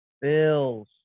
bills